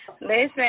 Listen